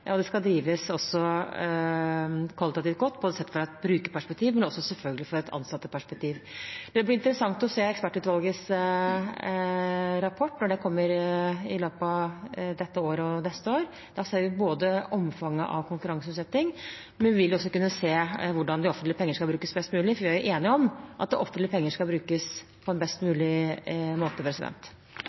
og det skal drives kvalitativt godt, både sett fra et brukerperspektiv og selvfølgelig også fra et ansatteperspektiv. Det blir interessant å se ekspertutvalgets rapport når den kommer i løpet av dette året og neste år. Da vil vi kunne se både omfanget av konkurranseutsettingen og hvordan det offentliges penger kan brukes best mulig, for vi er jo enige om at offentlige penger skal brukes på en best mulig måte.